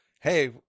hey